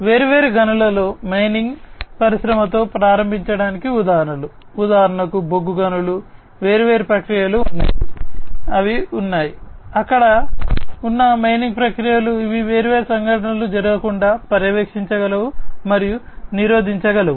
వేర్వేరు గనులలో మైనింగ్ వేర్వేరు ప్రక్రియలు ఉన్నాయి అవి ఉన్నాయి అక్కడ ఉన్న మైనింగ్ ప్రక్రియలు ఇవి వేర్వేరు సంఘటనలు జరగకుండా పర్యవేక్షించగలవు మరియు నిరోధించగలవు